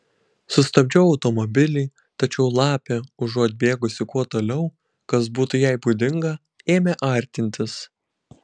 sustabdžiau automobilį tačiau lapė užuot bėgusi kuo toliau kas būtų jai būdinga ėmė artintis